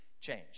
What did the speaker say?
change